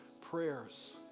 prayers